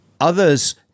others